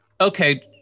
okay